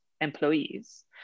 employees